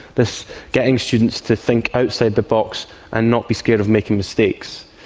this getting students to think outside the box and not be scared of making mistakes.